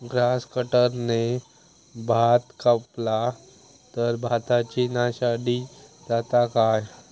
Grass कटराने भात कपला तर भाताची नाशादी जाता काय?